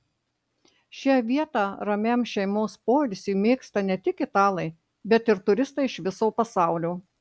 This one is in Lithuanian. šią vietą ramiam šeimos poilsiui mėgsta ne tik italai bet ir turistai iš viso pasaulio